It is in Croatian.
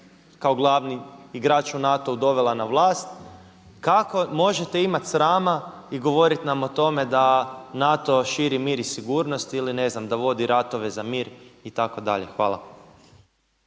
kao glavni igrač u NATO-u dovela na vlast kako možete imat srama i govorit nam o tome da NATO širi mir i sigurnost ili ne znam da vodi ratove za mir itd. Hvala.